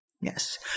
Yes